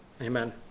amen